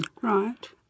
Right